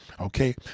Okay